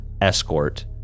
escort